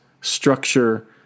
structure